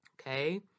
okay